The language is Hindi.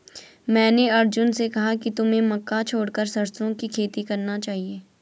मैंने अर्जुन से कहा कि तुम्हें मक्का छोड़कर सरसों की खेती करना चाहिए